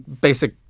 basic